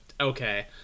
okay